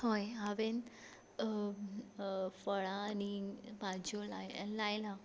हय हांवें फळां आनी भाजयो लाय लायला